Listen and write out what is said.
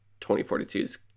2042's